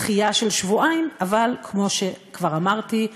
דחייה של שבועיים, אבל כמו שכבר אמרתי,